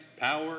power